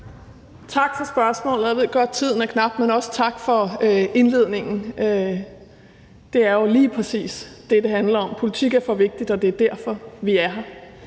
Tak for spørgsmålet, og jeg ved godt, at tiden er knap, men også tak for indledningen. Det er jo lige præcis det, det handler om: Politik er for vigtigt, og det er derfor, vi er her.